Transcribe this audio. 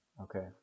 okay